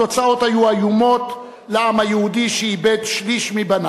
התוצאות היו איומות לעם היהודי, שאיבד שליש מבניו,